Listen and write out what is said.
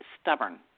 stubborn